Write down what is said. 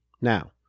Now